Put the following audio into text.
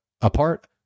apart